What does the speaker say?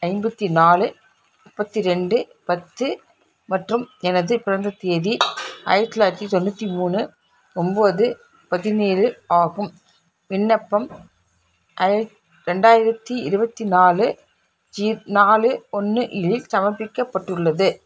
ஐம்பத்தி நாலு முப்பத்தி ரெண்டு பத்து மற்றும் எனது பிறந்த தேதி ஆயிரத்தி தொள்ளாயிரத்தி தொண்ணூற்றி மூணு ஒன்போது பதினேழு ஆகும் விண்ணப்பம் ஐ ரெண்டாயிரத்தி இருபத்தி நாலு ஜீ நாலு ஒன்று இதில் சமர்ப்பிக்கப்பட்டுள்ளது